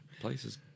Places